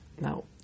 now